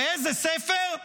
ואיזה ספר?